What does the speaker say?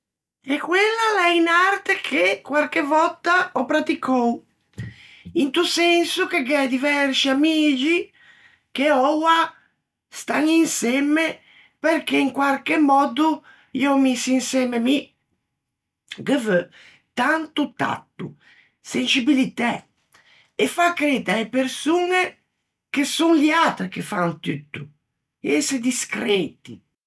Eh, quella a l'é unn'arte che quarche vòtta ò pratticou, into senso che gh'é diversci amixi che oua stan insemme perché in quarche mòddo î ò missi insemme mi. Ghe veu tanto tatto, senscibilitæ, e fâ credde a-e persoñe che son liatre che fan tutto, ëse discreti.